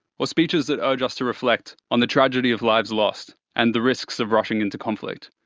ah speeches that urge us to reflect on the tragedy of lives lost, and the risk so of rushing into conflict.